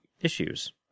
issues